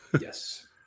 Yes